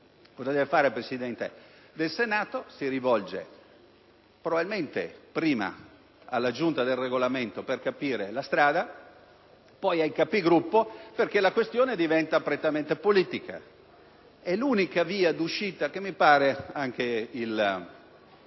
Cosa deve fare il Presidente del Senato? Probabilmente rivolgersi prima alla Giunta per il Regolamento per capire la strada, poi ai Capigruppo, perché la questione diventa prettamente politica. L'unica via d'uscita, che mi pare che anche